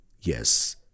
Yes